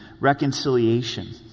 reconciliation